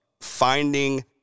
finding